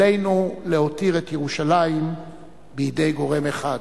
עלינו להותיר את ירושלים בידי גורם אחד.